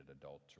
adultery